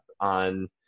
on